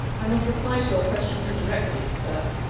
i must reply to your question indirectly, sir,